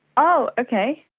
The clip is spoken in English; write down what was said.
oh, okay!